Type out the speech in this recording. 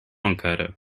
encara